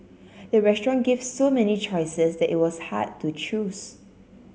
the restaurant gave so many choices that it was hard to choose